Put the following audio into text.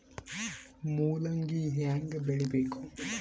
ಮೂಲಂಗಿ ಹ್ಯಾಂಗ ಬೆಳಿಬೇಕು?